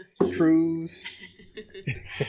Cruise